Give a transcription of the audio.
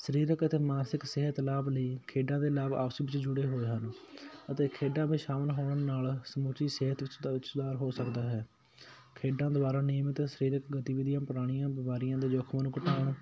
ਸਰੀਰਕ ਅਤੇ ਮਾਨਸਿਕ ਸਿਹਤ ਲਾਭ ਲਈ ਖੇਡਾਂ ਦੇ ਲਾਭ ਆਪਸ ਵਿੱਚ ਜੁੜੇ ਹੋਏ ਹਨ ਅਤੇ ਖੇਡਾਂ ਵਿੱਚ ਸ਼ਾਮਿਲ ਹੋਣ ਨਾਲ ਸਮੁੱਚੀ ਸਿਹਤ ਵਿੱਚ ਤਾਂ ਸੁਧਾਰ ਹੋ ਸਕਦਾ ਹੈ ਖੇਡਾਂ ਦੁਆਰਾ ਨੇਮ ਅਤੇ ਸਰੀਰਕ ਗਤੀਵਿਧੀਆਂ ਪੁਰਾਣੀਆਂ ਬਿਮਾਰੀ ਦੇ ਜ਼ੋਖਿਮ ਨੂੰ ਘਟਾਉਣ